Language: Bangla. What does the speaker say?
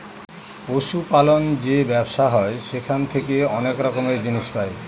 পশু পালন যে ব্যবসা হয় সেখান থেকে অনেক রকমের জিনিস পাই